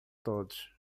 todos